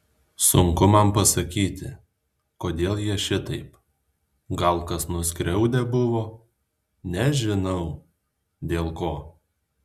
sunku man pasakyti kodėl jie šitaip gal kas nuskriaudę buvo nežinau dėl ko